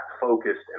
focused